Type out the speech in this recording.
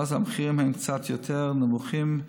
ואז המחירים קצת יותר נמוכים,